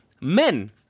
Men